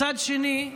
מצד שני,